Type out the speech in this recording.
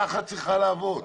כך צריכה לעבוד.